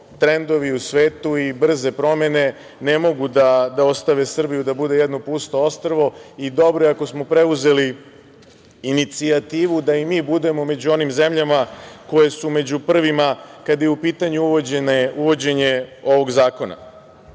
trendovi u svetu i brze promene ne mogu da ostave Srbiju da bude jedno pusto ostrvo i dobro je ako smo preuzeli inicijativu da i mi budemo među onim zemljama koje su među prvima kada je u pitanju uvođenje ovog zakona. Ja